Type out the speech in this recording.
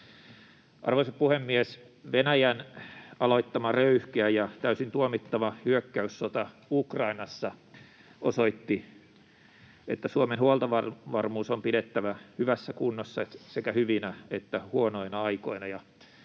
Arvoisa puhemies! Venäjän aloittama röyhkeä ja täysin tuomittava hyökkäyssota Ukrainassa osoitti, että Suomen huoltovarmuus on pidettävä hyvässä kunnossa sekä hyvinä että huonoina aikoina,